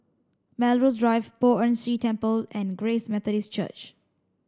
Melrose Drive Poh Ern Shih Temple and Grace Methodist Church